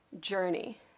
journey